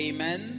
Amen